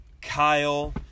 Kyle